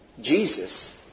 Jesus